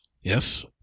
Yes